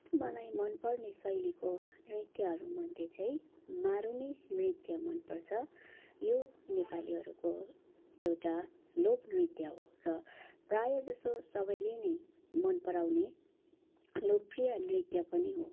मलाई मनपर्ने शैलीको नृत्यहरूमध्ये चाहिँ मारुनी नृत्य मनपर्छ यो नेपालीहरूको एउटा लोकनृत्य हो र प्रायः जसो सबैले नै मनपराउने लोकप्रिय नृत्य पनि हो